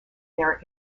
their